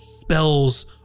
Spells